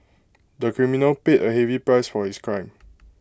the criminal paid A heavy price for his crime